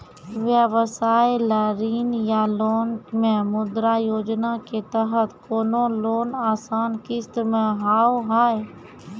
व्यवसाय ला ऋण या लोन मे मुद्रा योजना के तहत कोनो लोन आसान किस्त मे हाव हाय?